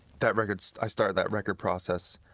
that record, so i started that record process,